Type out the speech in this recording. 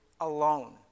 Alone